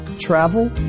travel